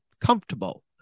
comfortable